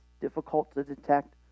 difficult-to-detect